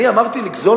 אני אמרתי לגזול